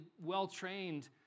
well-trained